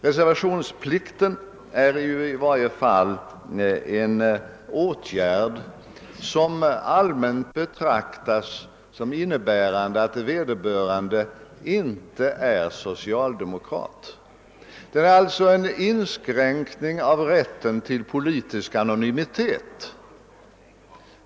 Reservationen är en åtgärd som allmänt betraktas såsom innebärande att vederbörande inte är socialdemokrat. Systemet innebär alltså en inskränkning i rätten till politisk anonymitet.